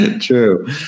True